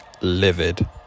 Livid